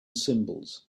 symbols